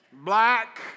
black